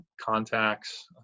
contacts